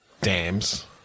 dams